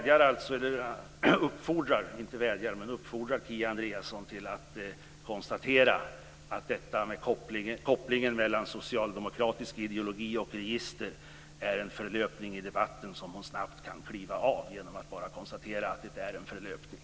Jag uppfordrar Kia Andreasson att konstatera att kopplingen mellan socialdemokratisk ideologi och register är en förlöpning i debatten som hon snabbt kan kliva av genom att bara konstatera att det är just en förlöpning.